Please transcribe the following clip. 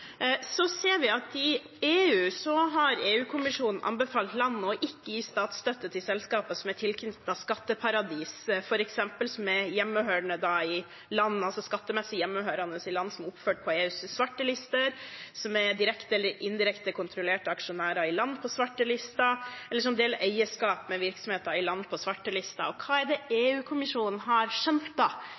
I EU har EU-kommisjonen anbefalt land ikke å gi statsstøtte til selskaper som er tilknyttet skatteparadiser, som f.eks. er skattemessig hjemmehørende i land som er oppført på EUs svartelister, som er direkte eller indirekte kontrollert av aksjonærer i land på svartelister, eller som deler eierskap med virksomheter i land på svartelister. Hva er det EU-kommisjonen har skjønt